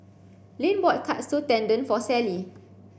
Lynn bought Katsu Tendon for Sallie